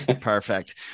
Perfect